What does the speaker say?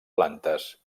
plantes